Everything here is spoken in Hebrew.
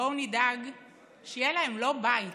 בואו נדאג שיהיה להם, לא בית,